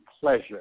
Pleasure